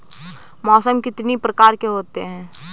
मौसम कितनी प्रकार के होते हैं?